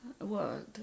world